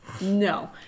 no